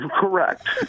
Correct